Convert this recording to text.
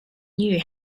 knew